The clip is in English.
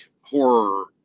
horror